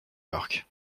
york